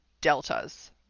deltas